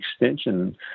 extension